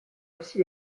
aussi